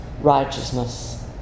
righteousness